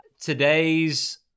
today's